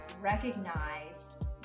recognized